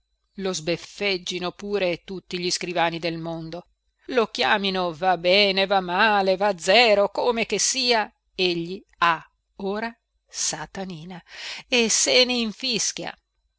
nulla lo sbeffeggino pure tutti gli scrivani del mondo lo chiamino va bene va male va zero come che sia egli ha ora satanina e se ninfischia